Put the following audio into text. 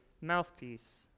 mouthpiece